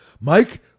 mike